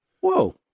Whoa